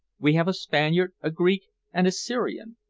we have a spaniard, a greek, and a syrian,